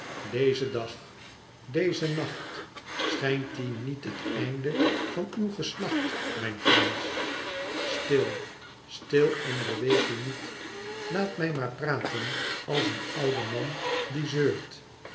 deze dag deze nacht schijnt die niet het eindevan uw geslacht mijn prins stil stil en beweeg u niet laat mij maar praten als een oude man die zeurt